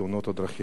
לתאונות הדרכים.